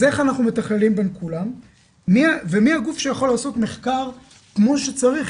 אז איך אנחנו מתכללים בין כולם ומי הגוף שיכול לעשות מחקר כמו שצריך,